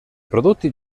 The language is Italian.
prodotti